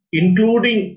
including